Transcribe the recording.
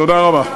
תודה רבה.